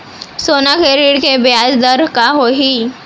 सोना के ऋण के ब्याज दर का होही?